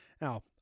Now